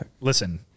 Listen